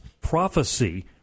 prophecy